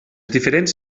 diferents